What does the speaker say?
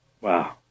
Wow